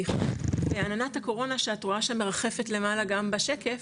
ועננת הקורונה שאת רואה שמרחפת למעלה גם בשקף,